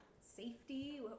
safety